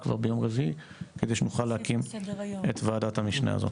כבר ביום רביעי כדי שנוכל להקים את ועדת המשנה הזאת.